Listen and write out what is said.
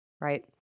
Right